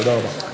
תודה רבה.